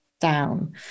down